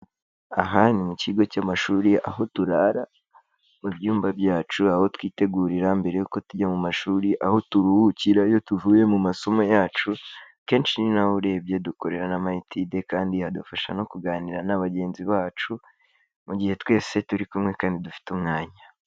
Aha ni mu kigo cy'amashuri, aho turara mu byumba byacu, aho twitegurira mbere yuko tujya mu mashuri, aho turuhukira iyo tuvuye mu masomo yacu, kenshi ni naho urebye dukorera n'ama etide, kandi hadufasha no kuganira na bagenzi bacu, mu gihe twese turi kumwe kandi dufite umwanya.